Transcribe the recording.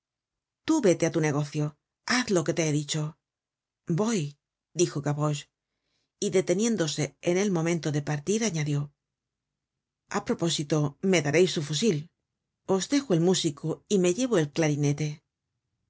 tú vete á tu negocio haz lo que te he dicho voy dijo gavroche y deteniéndose en el momento de partir añadió a propósito me dareis su fusil os dejo el músico y me llevo el clarinete el